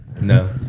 No